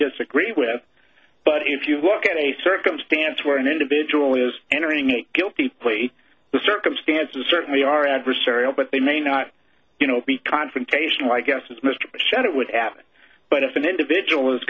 disagree with but if you look at a circumstance where an individual is entering a guilty plea the circumstances certainly are adversarial but they may not you know be confrontational i guess mr bush said it would happen but if an individual is